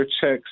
checks